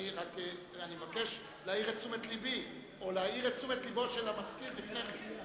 אני מבקש להעיר את תשומת לבי או להעיר את תשומת לבו של המזכיר לפני כן.